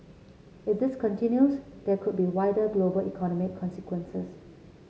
if this continues there could be wider global economic consequences